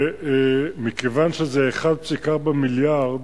ומכיוון שזה 1.4 מיליארד,